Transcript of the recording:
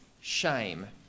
shame